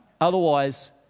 otherwise